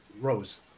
rose